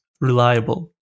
reliable